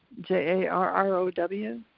j a r r o w.